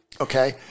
okay